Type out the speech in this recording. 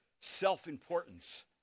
self-importance